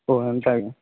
ଓଃ ହେନ୍ତା କେଁ